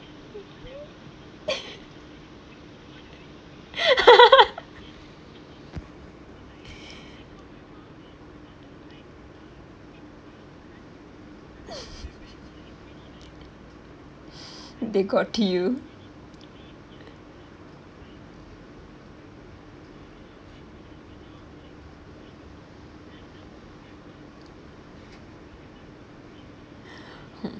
they got you hmm